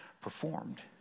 performed